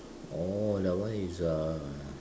oh that one is a